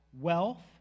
wealth